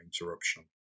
interruption